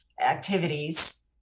activities